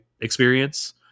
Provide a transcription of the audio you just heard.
experience